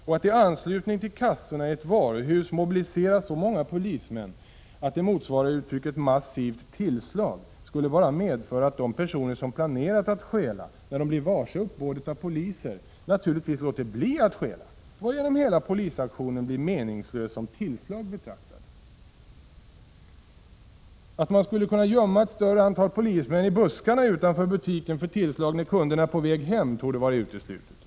Och att i anslutning till kassorna i ett varuhus mobilisera så många polismän att det motsvarar uttrycket ”massivt tillslag” skulle bara medföra att de personer som planerat att stjäla, när de blir varse uppbådet av poliser, naturligtvis låter bli att stjäla, varigenom hela polisaktionen blir meningslös som tillslag betraktad. Att man skulle kunna gömma ett större antal polismän i buskarna utanför butiken för tillslag när kunderna är på väg hem torde vara uteslutet.